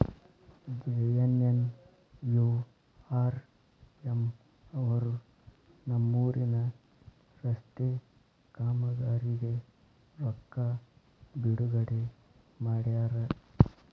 JNNURM ಅವರು ನಮ್ಮೂರಿನ ರಸ್ತೆ ಕಾಮಗಾರಿಗೆ ರೊಕ್ಕಾ ಬಿಡುಗಡೆ ಮಾಡ್ಯಾರ